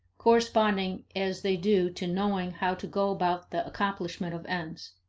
corresponding as they do to knowing how to go about the accomplishment of ends.